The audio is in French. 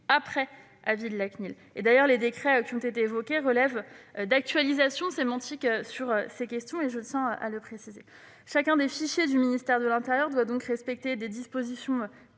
après avis de la CNIL. D'ailleurs, les décrets qui ont été évoqués apportent des actualisations sémantiques sur ces questions, je tiens à le préciser. Chacun des fichiers du ministère de l'intérieur doit donc respecter les dispositions